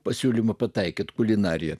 pasiūlymą pataikyti kulinariją